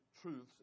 truths